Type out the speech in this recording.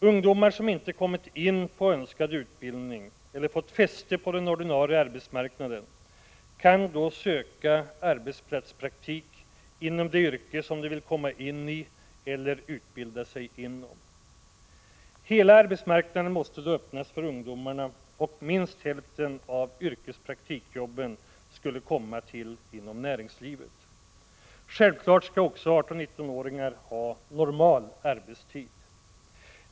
Ungdomar som inte kommit in på önskad utbildning eller fått fäste på den ordinarie arbetsmarknaden kan då söka arbetsplatspraktik inom det yrke som de vill komma in i eller utbilda sig inom. Hela arbetsmarknaden måste då öppnas för ungdomarna, och minst hälften av yrkespraktikjobben skulle komma till inom näringslivet. Självklart skall också 18-19-åringar ha normal arbetstid.